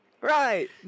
right